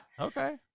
Okay